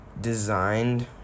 designed